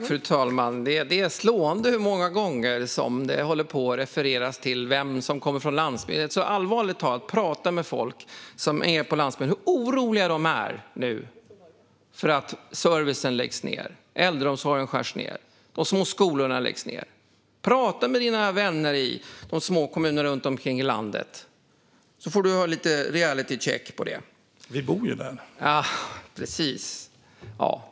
Fru talman! Det är slående hur många gånger som det refereras till vem som kommer från landsbygden. Allvarligt talat; prata med folk på landsbygden över hur oroliga de är för att servicen läggs ned, äldreomsorgen skärs ned och de små skolorna läggs ned. Prata med dina vänner i de små kommunerna runt om i landet, så får du lite reality check på det. : Vi bor ju där!) Precis!